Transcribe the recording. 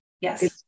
Yes